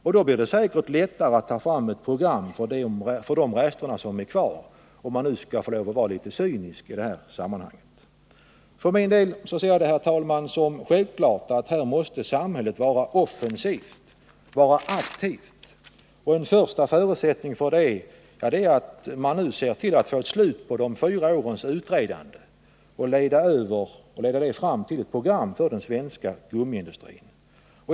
Och det blir säkert lättare att ta fram ett program för de rester som då är kvar — om man nu får vara litet cynisk i det här sammanhanget. För min del, herr talman, anser jag det självklart att samhället här måste vara offensivt, och en första förutsättning för det är att nu se till att få ett slut på de fyra årens utredande och använda utredningsresultaten som grund för ett program för den svenska gummiindustrin.